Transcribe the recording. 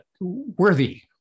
worthy